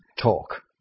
talk